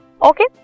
Okay